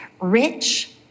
rich